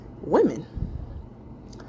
women